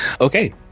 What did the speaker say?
okay